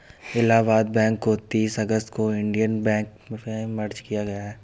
Allahabad bank को तीस अगस्त को इन्डियन बैंक में मर्ज किया गया है